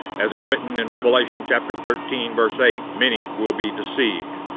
as it's written in revelation chapter thirteen, verse eight, many will be deceived.